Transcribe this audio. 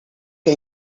que